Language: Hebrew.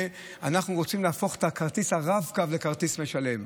אנחנו רוצים להפוך את כרטיס הרב-קו לכרטיס משלם,